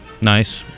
nice